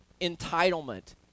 entitlement